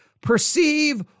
perceive